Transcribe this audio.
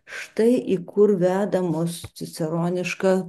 štai į kur veda mus ciceroniška